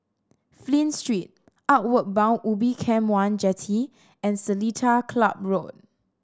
Flint Street Outward Bound Ubin Camp One Jetty and Seletar Club Road